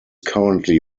currently